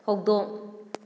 ꯍꯧꯗꯣꯡ